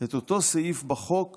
את אותו סעיף בחוק